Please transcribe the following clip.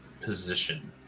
position